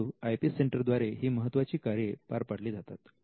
परंतु I P सेंटरद्वारे ही महत्त्वाची कार्ये पार पाडली जातात